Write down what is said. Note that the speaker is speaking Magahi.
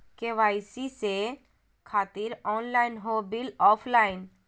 के.वाई.सी से खातिर ऑनलाइन हो बिल ऑफलाइन?